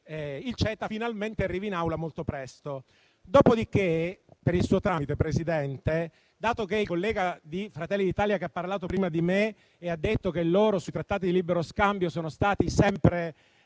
il CETA finalmente arrivi in Aula molto presto. Dopodiché, per il suo tramite, Presidente, dato che il collega di Fratelli d'Italia che ha parlato prima di me ha detto che loro, sui trattati di libero scambio, sono stati sempre